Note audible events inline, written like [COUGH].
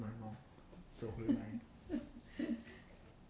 [LAUGHS]